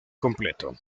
completo